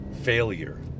failure